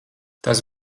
tas